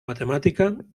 matemàtica